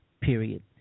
period